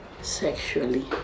sexually